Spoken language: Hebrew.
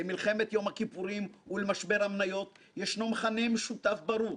למלחמת יום הכיפורים ולמשבר המניות ישנו מכנה משותף ברור: